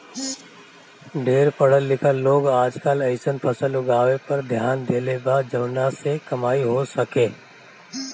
ढेर पढ़ल लिखल लोग आजकल अइसन फसल उगावे पर ध्यान देले बा जवना से कमाई हो सके